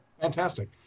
fantastic